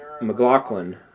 McLaughlin